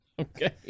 Okay